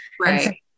Right